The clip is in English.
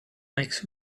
makes